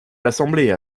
l’assemblée